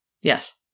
Yes